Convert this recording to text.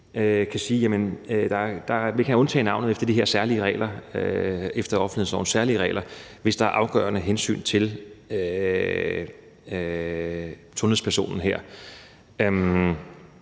kan sige, at man kan undtage navnet efter de her særlige regler, efter offentlighedsloven, hvis der er afgørende hensyn til sundhedspersonen.